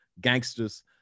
gangsters